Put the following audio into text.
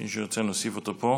מי שירצה, נוסיף אותו פה